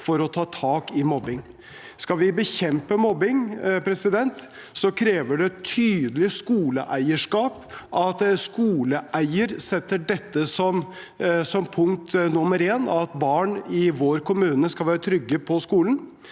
for å ta tak i mobbing. Skal vi bekjempe mobbing, krever det tydelig skoleeierskap, at skoleeier setter dette som punkt nummer én – at barn i vår kommune skal være trygge på skolen.